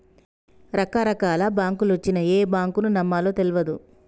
రకరకాల బాంకులొచ్చినయ్, ఏ బాంకును నమ్మాలో తెల్వదు